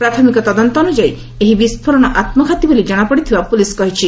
ପ୍ରାଥମିକ ତଦନ୍ତ ଅନ୍ଦଯାୟୀ ଏହି ବିସ୍କୋରଣ ଆତ୍ମଘାତୀ ବୋଲି ଜଣାପଡିଥିବା ପୋଲିସ କହିଛି